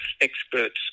experts